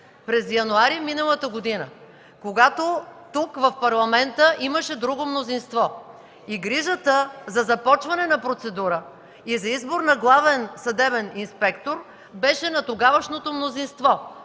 през януари миналата година, когато тук, в Парламента, имаше друго мнозинство, и грижата за започване на процедура и за избор на главен съдебен инспектор беше на тогавашното мнозинство.